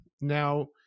Now